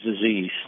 disease